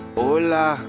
hola